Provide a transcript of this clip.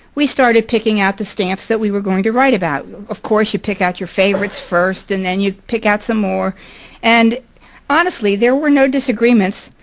we started picking out the stamps that we were going to write about. of course you pick out your favorites first and then you pick out some more and honestly there were no disagreements.